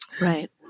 Right